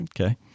okay